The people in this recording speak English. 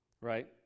right